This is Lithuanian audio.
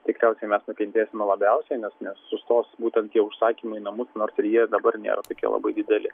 tikriausiai mes nukentėsime labiausiai nes nes sustos būtent tie užsakymai į namus nors ir jie dabar nėra tokie labai dideli